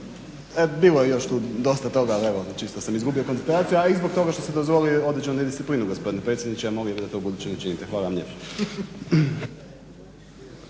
Bilo je tu još dosta toga ali čisto sam izgubio koncentraciju a i zbog toga što ste dozvolili određenu nedisciplinu gospodine predsjedniče i ja molim da to ubuduće ne činite. Hvala vam lijepo.